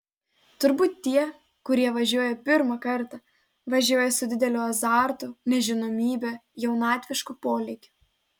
turbūt tie kurie važiuoja pirmą kartą važiuoja su dideliu azartu nežinomybe jaunatvišku polėkiu